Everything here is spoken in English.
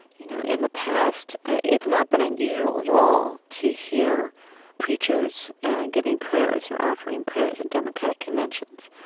you know, in the past it's not been unusual at all to hear preachers giving prayers or offering prayers at democratic conventions,